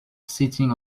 sitting